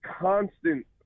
constant